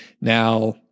Now